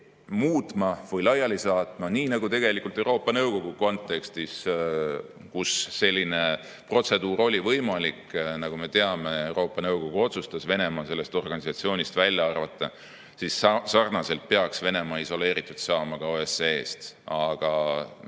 muutma või laiali saatma. Nii nagu Euroopa Nõukogu kontekstis, kus selline protseduur oli võimalik – nagu me teame, Euroopa Nõukogu otsustas Venemaa sellest organisatsioonist välja arvata –, peaks sarnaselt saama Venemaa isoleeritud OSCE‑st. Aga